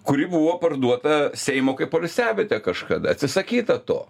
kuri buvo parduota seimo kaip poilsiavietė kažkada atsisakyta to